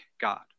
God